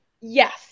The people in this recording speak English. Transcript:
yes